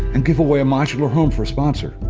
and give away a modular home for a sponsor.